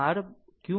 આમ તે 14